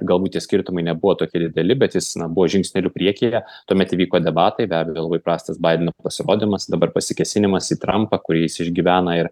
galbūt tie skirtumai nebuvo tokie dideli bet jis na buvo žingsneliu priekyje tuomet įvyko debatai be abejo labai prastas baideno pasirodymas dabar pasikėsinimas į trampą kurį jis išgyvena ir